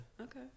Okay